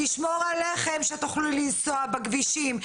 לשמור עליכם, שתוכלו לנסוע בכבישים.